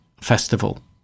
festival